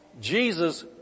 Jesus